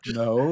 no